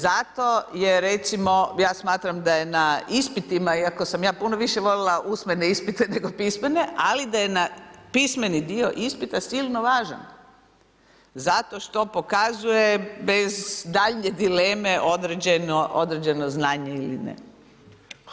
Zato je, recimo ja smatram da je na ispitima, iako sam ja puno više voljela usmene ispite nego pismene, ali da je pismeni dio ispita silno važan zato što pokazuje bez daljnje dileme određeno znanje ili ne.